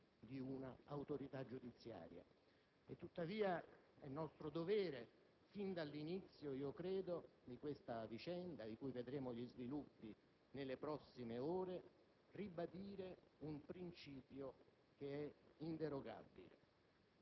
direttamente le iniziative di un'autorità giudiziaria. Tuttavia, è nostro dovere, fin dall'inizio io credo, di questa vicenda di cui vedremo gli sviluppi nelle prossime ore,